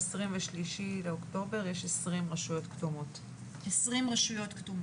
רשויות אדומות,